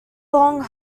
long